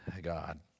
God